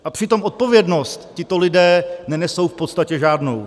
A přitom odpovědnost tito lidé nenesou v podstatě žádnou.